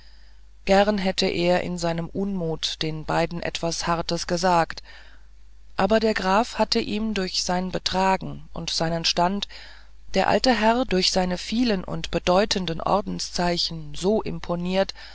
gern hätte er in seinem unmut den beiden etwas hartes gesagt aber der graf hatte ihm durch sein betragen und seinen stand der alte herr durch seine vielen und bedeutenden ordenszeichen so imponiert